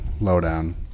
lowdown